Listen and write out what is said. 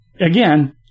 again